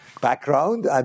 background